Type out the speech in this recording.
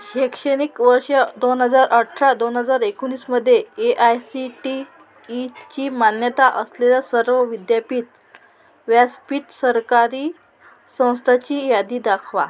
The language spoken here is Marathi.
शैक्षणिक वर्ष दोन हजार अठरा दोन हजार एकोणीसमध्ये A I C T E ची मान्यता असलेल्या सर्व विद्यापीठ व्यासपीठ सरकारी संस्थांची यादी दाखवा